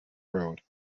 road